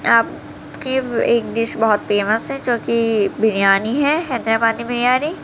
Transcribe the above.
آپ کی ایک ڈش بہت فیمس ہے جو کہ بریانی ہے حیدر آبادی بریانی